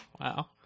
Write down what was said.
Wow